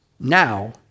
now